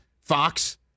fox